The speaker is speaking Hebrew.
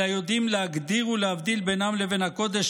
אלא יודעים להגדיר ולהבדיל בינם לבין הקודש,